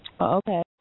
Okay